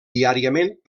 diàriament